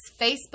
Facebook